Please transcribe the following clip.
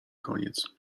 koniec